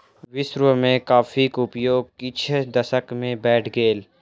विश्व में कॉफ़ीक उपयोग किछ दशक में बैढ़ गेल